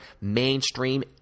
mainstream